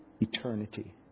eternity